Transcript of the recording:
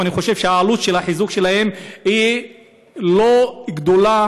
אני חושב שהעלות של החיזוק היא לא גדולה,